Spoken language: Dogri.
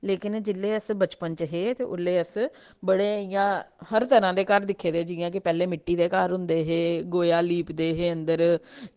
लेकिन जेल्ले अस बचपन हे ते ओल्ले अस बड़े इ'यां हर तरां दे घर दिक्खे दे जियां की पैह्लें मिट्टी दे घर होंदे हे गोहा लीपदे हे अन्दर